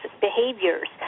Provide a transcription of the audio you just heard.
behaviors